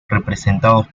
representados